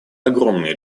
огромные